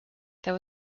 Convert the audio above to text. there